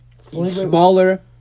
smaller